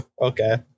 Okay